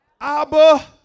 Abba